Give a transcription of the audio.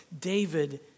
David